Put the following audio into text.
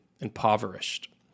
impoverished